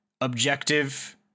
objective